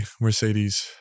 Mercedes